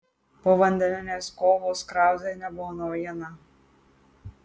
povandeninės kovos krauzei nebuvo naujiena